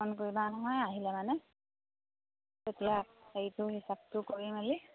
phone কৰিবা নহয় আহিলে মানে তেতিয়া হেৰিটো হিচাপটো কৰি মেলি